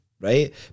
right